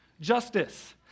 justice